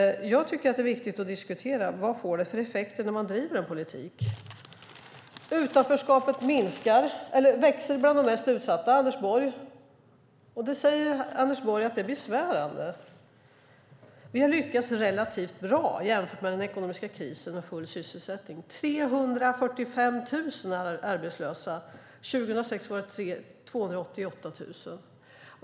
Det är viktigt att diskutera vad det får för effekter när man driver en politik. Utanförskapet växer bland de mest utsatta, Anders Borg. Här säger Anders Borg att det är besvärande men att vi har lyckats relativt bra i den ekonomiska krisen och med full sysselsättning. Det är 345 000 som är arbetslösa. År 2006 var det 288 000.